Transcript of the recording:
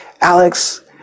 Alex